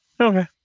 Okay